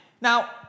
Now